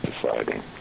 deciding